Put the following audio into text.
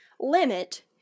Limit